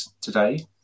today